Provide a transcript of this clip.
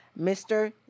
Mr